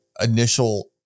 initial